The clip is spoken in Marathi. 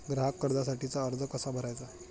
ग्राहक कर्जासाठीचा अर्ज कसा भरायचा?